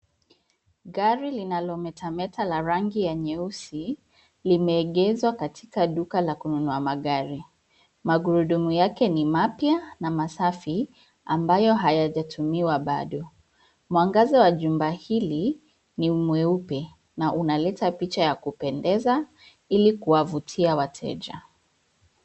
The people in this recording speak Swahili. Gari linalo metameta la rangi ya nyeusi, limeegezwa katika duka la kununua magari, magurudumu yake ni mapya na masafi, ambayo hayajatumiwa bado, mwangaza wa jumba hili, ni mweupe, na unaleta picha ya kupendeza, ili kuwavutia wateja.